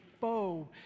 foe